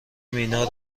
مینا